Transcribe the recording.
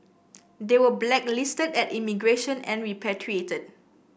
they were blacklisted at immigration and repatriated